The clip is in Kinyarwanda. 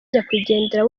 nyakwigendera